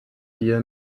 wir